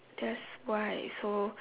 that's why so